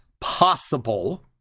possible